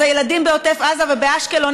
אז הילדים בעוטף עזה ובאשקלון,